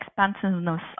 expansiveness